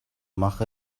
мах